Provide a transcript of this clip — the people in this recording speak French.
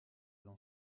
dans